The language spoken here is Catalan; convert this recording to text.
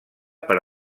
per